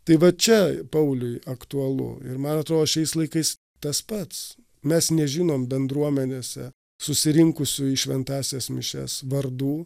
tai va čia pauliui aktualu ir man atrodo šiais laikais tas pats mes nežinom bendruomenėse susirinkusių į šventąsias mišias vardų